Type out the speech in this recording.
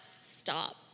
stop